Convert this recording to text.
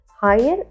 higher